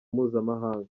mpuzamahanga